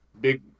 big